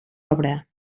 obra